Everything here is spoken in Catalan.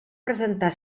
presentar